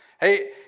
Hey